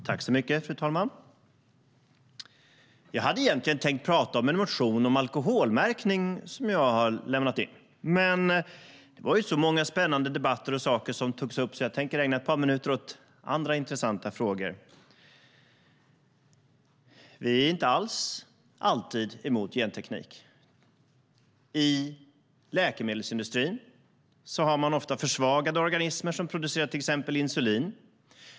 Fru talman! Jag hade egentligen tänkt prata om en motion om alkoholmärkning som jag har lämnat in, men det var så många spännande debatter och saker som togs upp att jag tänker ägna ett par minuter åt andra intressanta frågor. Vi är inte alls alltid emot genteknik. I läkemedelsindustrin har man ofta försvagade organismer som producerar till exempel insulin.